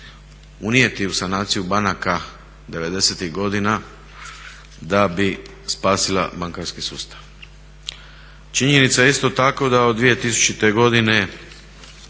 unijeti u sanaciju banaka 90.tih godina da bi spasila bankarski sustav. Činjenica je isto tako da od 2000. godine